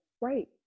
right